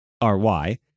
R-Y